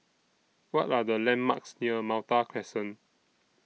What Are The landmarks near Malta Crescent